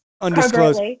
undisclosed